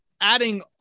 adding